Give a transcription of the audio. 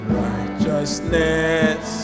righteousness